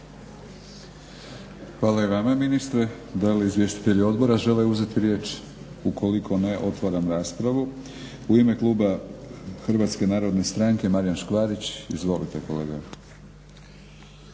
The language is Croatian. Hvala i vama ministre. Da li izvjestitelji odbora žele uzeti riječ? Ukoliko ne, otvaram raspravu. U ime kluba HNS-a Marijan Škvarić. Izvolite kolega.